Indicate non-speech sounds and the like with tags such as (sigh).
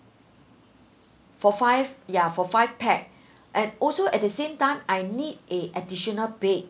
for five ya for five pax (breath) and also at the same time I need a additional bed